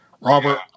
Robert